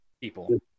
people